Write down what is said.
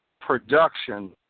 production